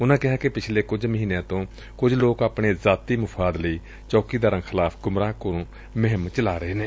ਉਨਾਂ ਕਿਹਾ ਕਿ ਪਿਛਲੇ ਕੁਜ ਮਹੀਨਿਆਂ ਤੋਂ ਕੁਝ ਲੋਕ ਆਪਣੇ ਜ਼ਾਤੀ ਮੁਫ਼ਾਦ ਲਈ ਚੌਕੀਦਾਰਾ ਖਿਲਾਫ਼ ਗੁੰਮਰਾਹਕੁੰਨ ਮੁਹਿੰਮ ਚਲਾ ਰਹੇ ਨੇ